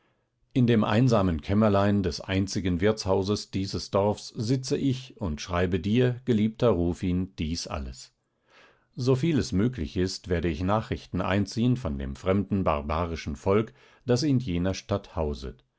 in dem einsamen kämmerlein des einzigen wirtshauses dieses dorfs sitze ich und schreibe dir mein geliebter rufin dieses alles so viel es möglich ist werde ich nachrichten einziehen von dem fremden barbarischen volk das in jener stadt hauset